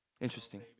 interesting